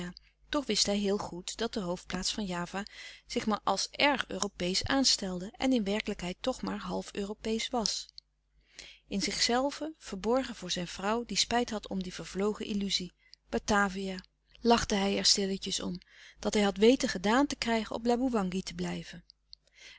toch wist hij heel goed dat de hoofdplaats van java zich maar als erg europeesch aanstelde en in werkelijkheid toch maar half europeesch was in zichzelven verborgen voor zijn vrouw die spijt had om die vervlogen illuzie batavia lachte hij er stilletjes om dat hij had weten gedaan te krijgen op laboewangi te blijven